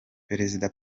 perezida